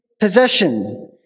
possession